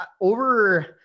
over